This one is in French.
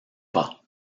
pas